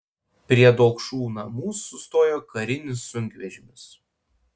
prie dokšų namų sustojo karinis sunkvežimis